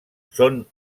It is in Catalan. són